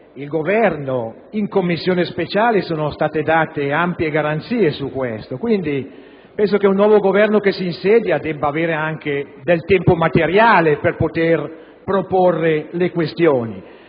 Il Governo, nella Commissione speciale, ha fornito ampie garanzie su questo; ritengo che un nuovo Governo che si insedia debba avere anche del tempo materiale per poter proporre le varie questioni.